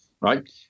right